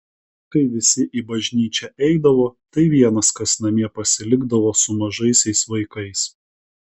kai visi į bažnyčią eidavo tai vienas kas namie pasilikdavo su mažaisiais vaikais